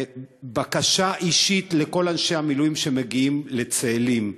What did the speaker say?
בקשה אישית לכל אנשי המילואים שמגיעים לצאלים: